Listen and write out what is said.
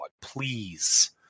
please